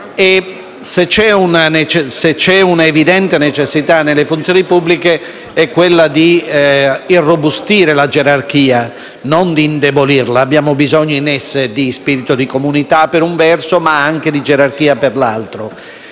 Se c'è un'evidente necessità nelle funzioni pubbliche, è quella di irrobustire la gerarchia e non di indebolirla. Abbiamo bisogno di spirito di comunità, per un verso, ma anche di gerarchia, per un altro.